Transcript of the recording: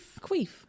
Queef